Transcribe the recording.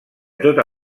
tota